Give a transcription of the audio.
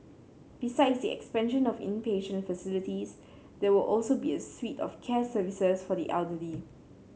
besides the expansion of inpatient facilities there will also be a suite of care services for the elderly